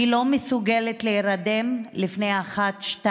אני לא מסוגלת להירדם לפני 01:00